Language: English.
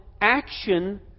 action